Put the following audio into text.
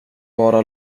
bara